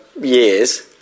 years